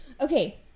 Okay